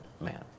man